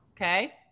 okay